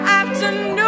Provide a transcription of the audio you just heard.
afternoon